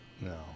No